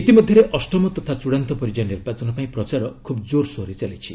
ଇତିମଧ୍ୟରେ ଅଷ୍ଟମ ତଥା ଚ ଡ଼ାନ୍ତ ପର୍ଯ୍ୟାୟ ନିର୍ବାଚନ ପାଇଁ ପ୍ରଚାର ଖୁବ୍ କୋର୍ସୋରରେ ଚାଲିଛି